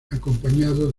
acompañado